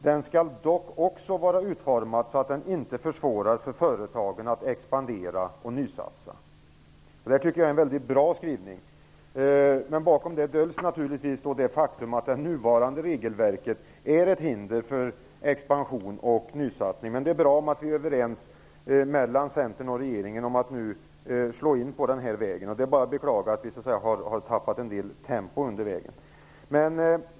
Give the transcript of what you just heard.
Den skall också vara utformad så att den inte försvårar för företagen att expandera och nysatsa. Jag tycker att det är en väldigt bra skrivning. Men bakom den döljs naturligtvis det faktum att det nuvarande regelverket är ett hinder för expansion och nysatsning. Det är bra att Centern och regeringen är överens om att vi skall slå in på den vägen. Det är bara att beklaga att vi tappat en del tempo på vägen.